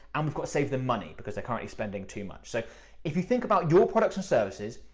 and we've got save them money, because they're currently spending too much. so if you think about your products and services,